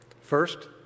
first